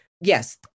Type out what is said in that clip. Yes